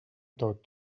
tot